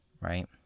Right